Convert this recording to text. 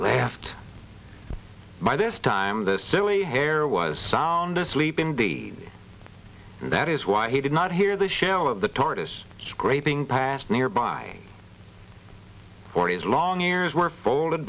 left by this time the silly hair was sound asleep indeed and that is why he did not hear the shell of the tortoise scraping past nearby already as long ears were folded